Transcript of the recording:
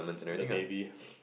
the baby